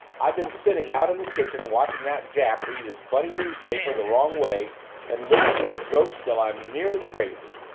i've been sitting out in the kitchen watching that jap read his funny newspaper the wrong way and listening for ghosts till i'm nearly crazy!